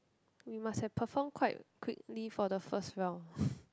we must have perform quite quickly for the first round